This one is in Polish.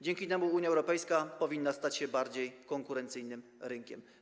Dzięki temu Unia Europejska powinna stać się bardziej konkurencyjnym rynkiem.